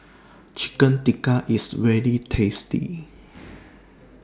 Chicken Tikka IS very tasty